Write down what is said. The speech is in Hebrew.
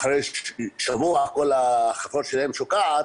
אחרי שבוע כל החפירה שלהם שוקעת,